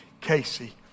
Casey